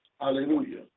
Hallelujah